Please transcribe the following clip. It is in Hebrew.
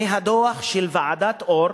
מהדוח של ועדת-אור,